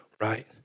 right